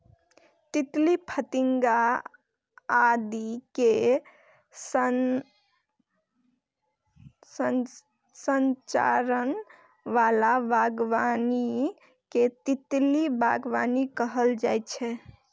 तितली, फतिंगा आदि के संरक्षण बला बागबानी कें तितली बागबानी कहल जाइ छै